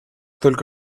только